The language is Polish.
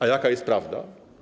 A jaka jest prawda?